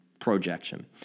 projection